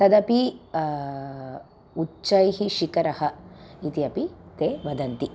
तदपि उच्चैः शिखरः इति अपि ते वदन्ति